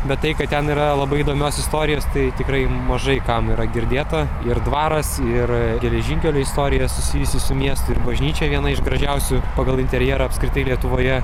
bet tai kad ten yra labai įdomios istorijos tai tikrai mažai kam yra girdėta ir dvaras ir geležinkelių istorija susijusi su miestu ir bažnyčia viena iš gražiausių pagal interjerą apskritai lietuvoje